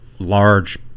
large